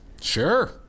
Sure